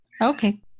Okay